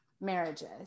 marriages